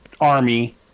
Army